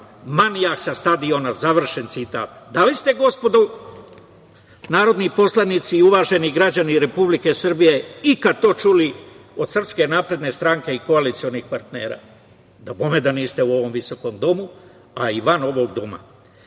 manijak sa stadiona, završen citat. Da li ste, gospodo narodni poslanici i uvaženi građani Republike Srbije, ikad to čuli od SNS i koalicionih partnera? Dabome da niste, u ovom visokom domu, a i van ovog doma.